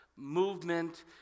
movement